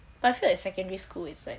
classmate still at secondary school is it